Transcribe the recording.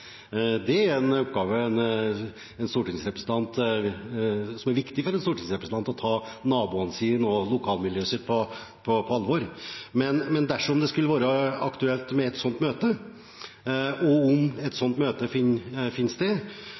Det er en oppgave som er viktig for en stortingsrepresentant – å ta naboene sine og lokalmiljøet sitt på alvor. Men dersom det skulle bli aktuelt med et slikt møte, og om et slikt møte skulle finne sted,